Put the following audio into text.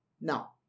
Now